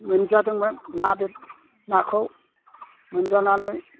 मोनजादोंमोन ना नाखौ मोनजानानै